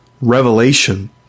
revelation